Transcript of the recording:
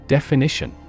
Definition